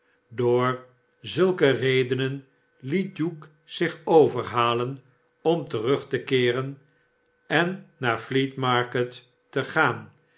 door zulke redenen liet hugh zich overhalen om terug te keerenennaar fleet market te gaan